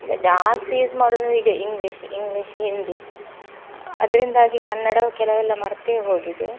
ಈಗ ಜಾಸ್ತಿ ಯೂಸ್ ಮಾಡುದಂದರೆ ಈಗ ಇಂಗ್ಲೀಷ್ ಇಂಗ್ಲೀಷ್ ಹಿಂದಿ ಅದರಿಂದಾಗಿ ಕನ್ನಡವು ಕೆಲವೆಲ್ಲ ಮರೆತೇ ಹೋಗಿದೆ